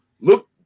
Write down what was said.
look